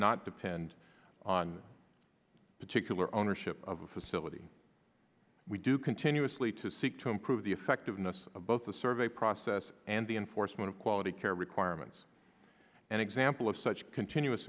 not depend on particular ownership of a facility we do continuously to seek to improve the effectiveness of both the survey process and the enforcement of quality care requirements an example of such continuous